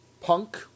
Punk